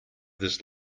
this